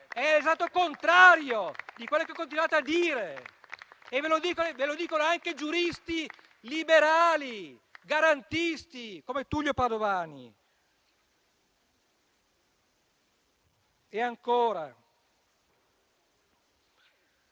È l'esatto contrario di quello che continuate a dire e ve lo dicono anche giuristi liberali e garantisti come Tullio Padovani. Cito